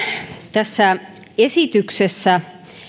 tässä esityksessä